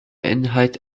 inhalt